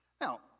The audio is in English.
Now